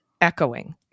echoing